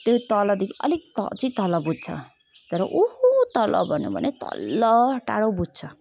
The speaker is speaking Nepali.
त्यो तलदेखि त्यहाँ तलदेखि अझै अलिक तल बुझ्छ तर ऊ तल भन्यो भने तल टाडो बुझ्छ